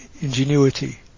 ingenuity